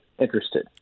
interested